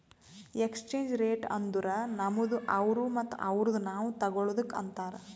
exchange rate ಅಂದುರ್ ನಮ್ದು ಅವ್ರು ಮತ್ತ ಅವ್ರುದು ನಾವ್ ತಗೊಳದುಕ್ ಅಂತಾರ್